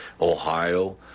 Ohio